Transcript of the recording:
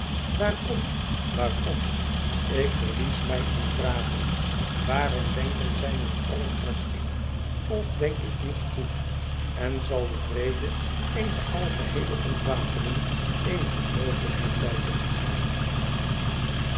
waarom waarom ik verlies mij in vragen waarom denken zij niet allen als ik of denk ik niet goed en zal de vrede eene algeheele ontwapening eene onmogelijkheid blijken